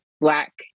black